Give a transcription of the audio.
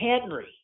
Henry